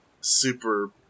super